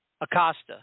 Acosta